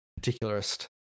particularist